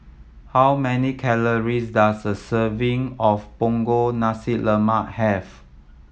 how many calories does a serving of Punggol Nasi Lemak have